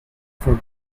for